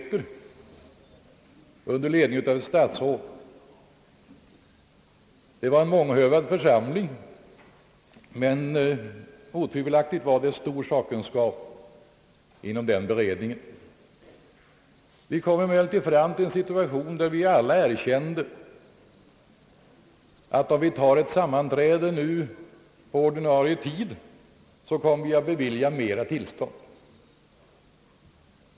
Beredningen leddes av ett statsråd. Det var en månghövdad församling, men otvivelaktigt fanns det stor sakkunskap inom beredningen. Vi kom emellertid fram till en situation där vi alla erkände att ett sammanträde inom beredningen nu på ordinarie tid skulle komma att innebära flera beviljade tillstånd.